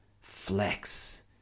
flex